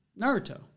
Naruto